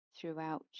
throughout